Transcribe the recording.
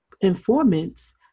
informants